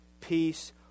peace